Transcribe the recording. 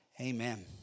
amen